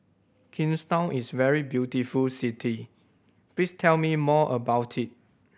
Kingstown is a very beautiful city please tell me more about it